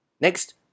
Next